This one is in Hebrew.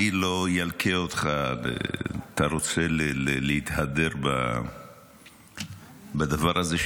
אני לא אלקה אותך אם אתה רוצה להתהדר בדבר הזה,